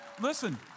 Listen